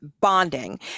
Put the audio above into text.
bonding